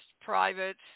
private